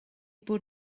bod